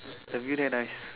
the view there nice